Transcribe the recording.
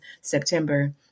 September